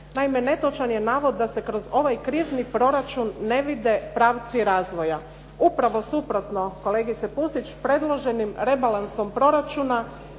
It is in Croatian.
Naime, netočan je navod da se kroz ovaj krizni proračun ne vide pravci razvoja. Upravo suprotno kolegice Pusić, predloženim rebalansom proračuna